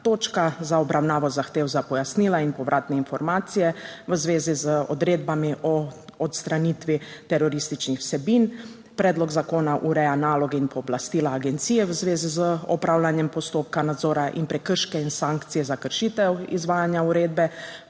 točka za obravnavo zahtev za pojasnila in povratne informacije v zvezi z odredbami o odstranitvi terorističnih vsebin. Predlog zakona ureja naloge in pooblastila agencije v zvezi z opravljanjem postopka nadzora in prekrške in sankcije za kršitev izvajanja uredbe,